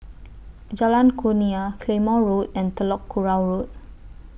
Jalan Kurnia Claymore Road and Telok Kurau Road